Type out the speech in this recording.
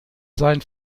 sein